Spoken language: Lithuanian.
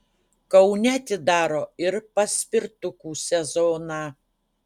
kaune atidaro ir paspirtukų sezoną